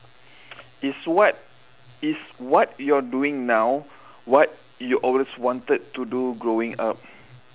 is what is what you're doing now what you always wanted to do growing up